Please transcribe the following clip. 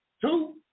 Two